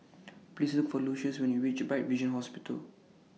Please Look For Lucious when YOU REACH Bright Vision Hospital